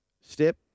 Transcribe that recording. Step